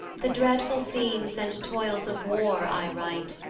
the dreadful scenes and toils of war i write,